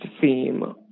theme